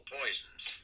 poisons